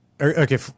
okay